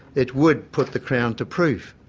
it would put the crown to proof.